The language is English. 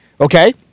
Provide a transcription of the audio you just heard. Okay